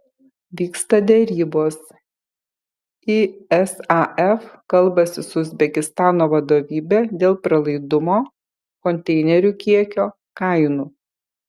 vyksta derybos isaf kalbasi su uzbekistano vadovybe dėl pralaidumo konteinerių kiekio kainų